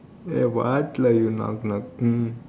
ya what lah you knock knock mm